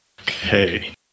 Okay